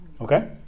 Okay